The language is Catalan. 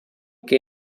que